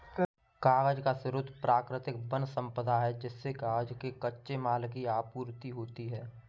कागज का स्रोत प्राकृतिक वन सम्पदा है जिससे कागज के कच्चे माल की आपूर्ति होती है